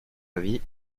avis